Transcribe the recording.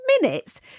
minutes